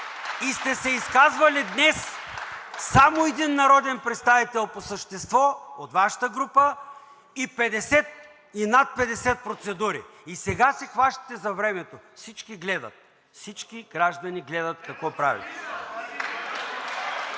И сте се изказвали днес само един народен представител по същество – от Вашата група, и 50, и над 50 процедури. И сега се хващате за времето. (Ръкопляскания от ДПС.) Всички гледат. Всички граждани гледат какво правите.